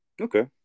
Okay